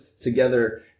together